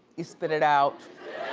you spit it out.